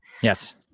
Yes